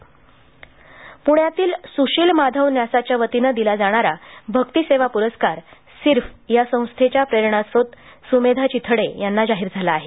भक्ती सेवा प्रस्कार प्ण्यातील सुशील माधव न्यासाच्या वतीनं दिला जाणारा भक्ती सेवा पुरस्कार सिर्फ या संस्थेच्या प्रेरणास्त्रोत सुमेधा चिथडे यांना जाहीर झाला आहे